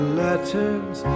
letters